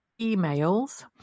emails